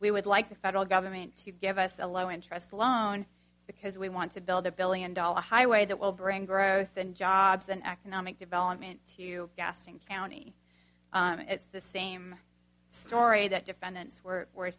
we would like the federal government to give us a low interest loan because we want to build a billion dollar highway that will bring growth and jobs and economic development to gaston county it's the same story that defendants were